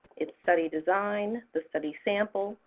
its study design, the study sample,